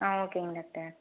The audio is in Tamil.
ஆ ஓகேங்க டாக்டர்